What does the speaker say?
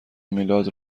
میلاد